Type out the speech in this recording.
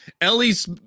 Ellie's